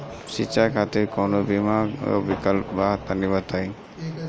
शिक्षा खातिर कौनो बीमा क विक्लप बा तनि बताई?